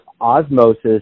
osmosis